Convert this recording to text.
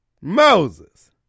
moses